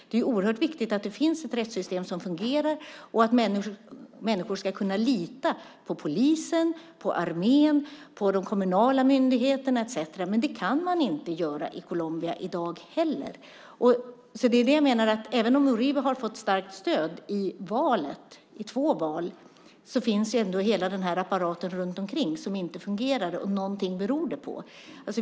Det är ju oerhört viktigt att det finns ett rättssystem som fungerar. Människor ska kunna lita på polisen, armén, de kommunala myndigheterna etcetera. Men det kan man inte göra i Colombia i dag heller. Det är det jag menar. Även om Uribe har fått starkt stöd i två val finns ändå hela den här apparaten runt omkring som inte fungerar, och något beror det på.